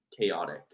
chaotic